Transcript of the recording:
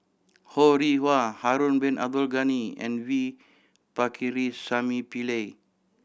Ho Rih Hwa Harun Bin Abdul Ghani and V Pakirisamy Pillai